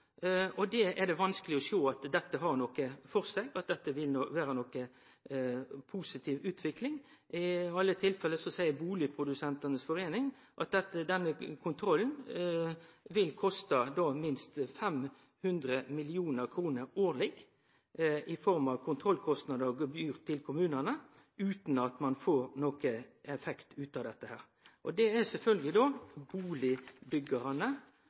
Det er det vanskeleg å sjå at har noko for seg, at dette vil vere ei positiv utvikling. I alle tilfelle seier Boligprodusentenes Forening at denne kontrollen vil koste minst 500 mill. kr årleg i form av kontrollkostnadar og gebyr til kommunane, utan at ein får nokon effekt ut av dette. Det er sjølvsagt bustadbyggjarane som er